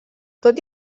tot